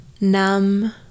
numb